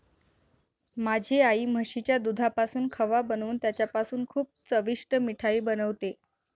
माझी आई म्हशीच्या दुधापासून खवा बनवून त्याच्यापासून खूप चविष्ट मिठाई बनवते